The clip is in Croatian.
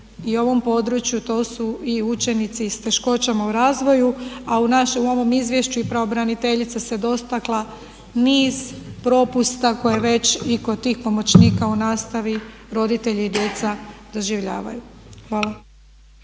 i ovom području to su i učenici i s teškoćama u razvoju a u ovom izvješću i pravobraniteljica se dotakla niz propusta koje već i kod tih pomoćnika u nastavi roditelji i djeca doživljaju. Hvala.